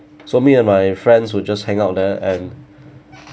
so me and my friends would just hang out there and